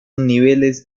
niveles